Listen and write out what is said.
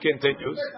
continues